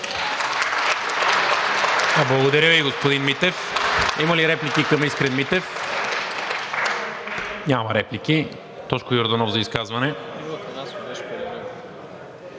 Благодаря Ви, господин Митев. Има ли реплики към Искрен Митев? Няма. Тошко Йорданов за изказване.